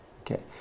okay